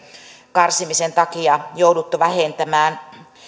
karsimisen takia jouduttu vähentämään